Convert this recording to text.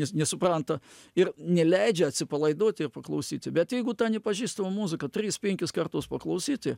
nesupranta ir neleidžia atsipalaiduoti ir paklausyti bet jeigu tą nepažįstamą muziką tris penkis kartus paklausyti